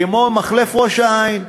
כמו מחלף ראש-העין,